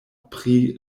pri